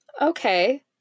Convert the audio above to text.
Okay